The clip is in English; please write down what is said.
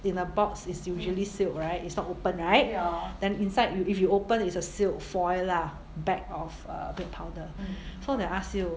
in a box is usually sealed right it's not open right then inside you if you open is a sealed foil lah back of uh the powder so they ask you